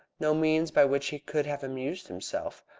no means by which he could have amused himself,